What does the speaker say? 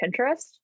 pinterest